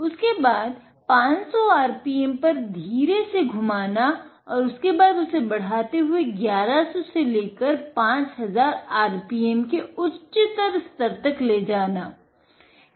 उसके बाद 500 rpm पर धीरे से घुमाना और उसके बाद उसे बढाते हुए 1100 से लेकर 5000rpm के उच्चतर स्तर तक ले जाना